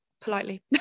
politely